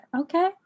okay